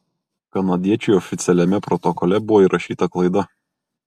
kanadiečiui oficialiame protokole buvo įrašyta klaida